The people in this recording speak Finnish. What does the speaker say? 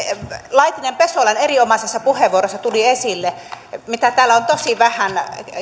laitinen pesolan erinomaisessa puheenvuorossa tuli esille ja mitä täällä on tosi vähän